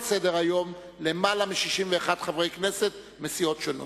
סדר-היום למעלה מ-61 חברי כנסת מסיעות שונות.